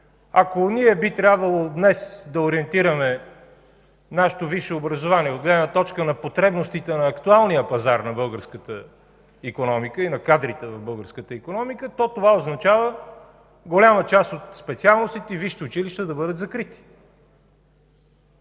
ако ние би трябвало днес да ориентираме нашето висше образование от гледна точка на потребностите на актуалния пазар на българската икономика и на кадрите в българската икономика, то това означава голяма част от специалностите и висшите училища да бъдат закрити.